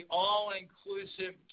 all-inclusive